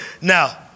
Now